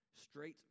straight